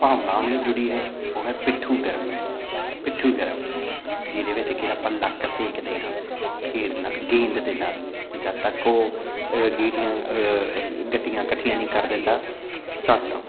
ਭਾਵਨਾ ਵੀ ਜੁੜੀ ਹੈ ਉਹ ਹੈ ਪਿੱਠੂ ਗਰਮ ਪਿੱਠੂ ਗਰਮ ਜਿਹਦੇ ਵਿੱਚ ਕਿ ਆਪਾਂ ਲੱਕ ਸੇਕਦੇ ਹਾਂ ਖੇਡ ਨਾਲ ਗੇਂਦ ਦੇ ਨਾਲ ਜਦੋਂ ਤੱਕ ਉਹ ਗੀਟੀਆਂ ਗਟੀਆਂ ਇਕੱਠੀਆਂ ਨਹੀਂ ਕਰ ਦਿੰਦਾ ਧਾਤਾਂ